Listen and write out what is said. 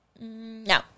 No